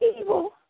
evil